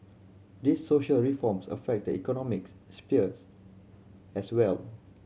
these social reforms affect the economics spheres as well